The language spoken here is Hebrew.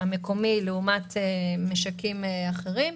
המקומי לעומת משקים אחרים.